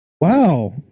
Wow